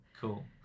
Cool